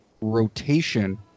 rotation